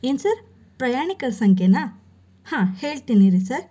ಏನು ಸರ್ ಪ್ರಯಾಣಿಕರ ಸಂಖ್ಯೆನ ಹಾಂ ಹೇಳ್ತೀನಿರಿ ಸರ್